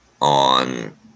on